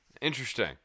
Interesting